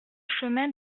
chemin